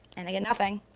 and i get nothing,